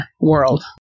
world